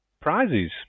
prizes